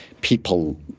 people